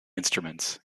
instruments